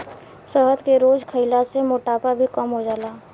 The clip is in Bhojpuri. शहद के रोज खइला से मोटापा भी कम हो जाला